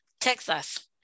texas